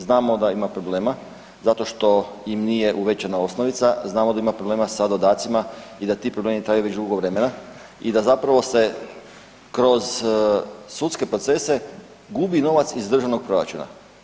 Znamo da ima problema zato što im nije uvećana osnovica, znamo da ima problema sa dodacima i da ti problemi traju već dugo vremena i da zapravo se kroz sudske procese gubi novac iz državnog proračuna.